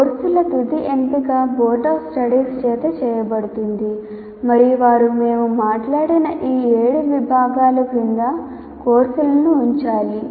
కోర్సుల తుది ఎంపిక బోర్డ్ ఆఫ్ స్టడీస్ చేత చేయబడుతుంది మరియు వారు మేము మాట్లాడిన ఈ ఏడు విభాగాల క్రింద కోర్సులను ఉంచాలి